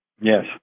Yes